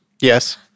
Yes